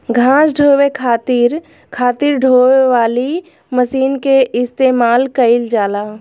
घास ढोवे खातिर खातिर ढोवे वाली मशीन के इस्तेमाल कइल जाला